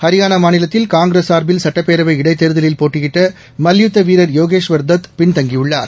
ஹரியானா மாநிலத்தில் காங்கிரஸ் சார்பில் சுட்டப்பேரவை இடைத்தேர்தலில் போட்டியிட்ட மல்யுத்த வீரர் யோகஸ்வர் தத் பின்தங்கியுள்ளார்